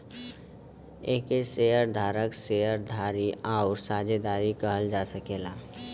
एके शेअर धारक, शेअर धारी आउर साझेदार कहल जा सकेला